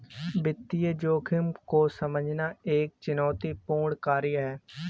वित्तीय जोखिम को समझना एक चुनौतीपूर्ण कार्य है